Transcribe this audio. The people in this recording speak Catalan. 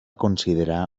considerar